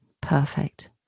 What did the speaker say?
Perfect